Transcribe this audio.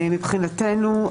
מבחינתנו,